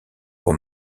pour